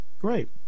Great